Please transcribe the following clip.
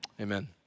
amen